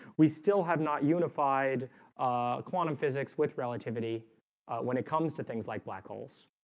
we still have not unified quantum physics with relativity when it comes to things like black holes,